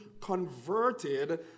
converted